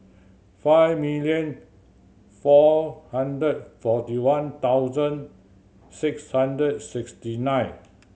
five million four hundred forty one thousand six hundred sixty nine